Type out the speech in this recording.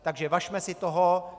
Takže važme si toho.